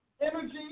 energy